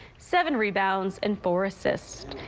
seven rebounds and four assists.